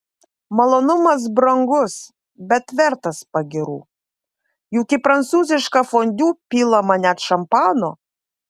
malonumas brangus bet vertas pagyrų juk į prancūzišką fondiu pilama net šampano